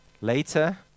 Later